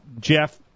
Jeff